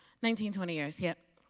nineteen, twenty years, yeah